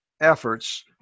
efforts